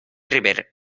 river